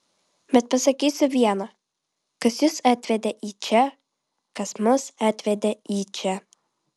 bet pasakysiu viena kas jus atvedė į čia kas mus atvedė į čia